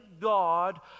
God